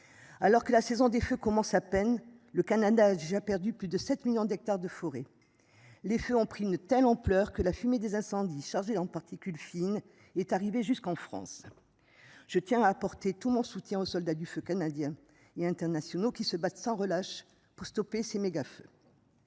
Alors que la saison des feux commence à peine. Le Canada a déjà perdu plus de 7 millions d'hectares de forêts. Les feux ont pris une telle ampleur que la fumée des incendies chargé en particules fines est arrivé jusqu'en France. Je tiens à apporter tout mon soutien aux soldats du feu canadiens et internationaux qui se battent sans relâche pour stopper ces feu.